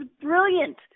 brilliant